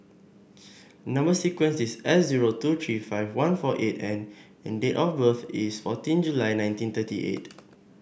number sequence is S zero two three five one four eight N and date of birth is fourteen July nineteen thirty eight